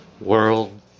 world